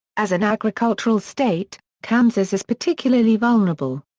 as an agricultural state, kansas is particularly vulnerable.